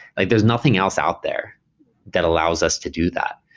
like there's nothing else out there that allows us to do that.